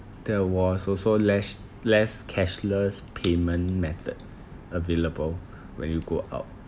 there was also less less cashless payment methods available when you go out